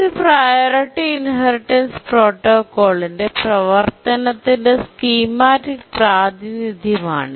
ഇത് priority inheritance പ്രോട്ടോക്കോളിന്റെ പ്രവർത്തനത്തിന്റെ സ്കീമാറ്റിക് പ്രാതിനിധ്യമാണ്